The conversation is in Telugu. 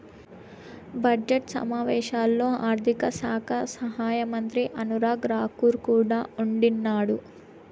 బడ్జెట్ సమావేశాల్లో ఆర్థిక శాఖ సహాయమంత్రి అనురాగ్ రాకూర్ కూడా ఉండిన్నాడు